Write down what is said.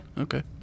Okay